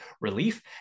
Relief